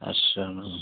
Assam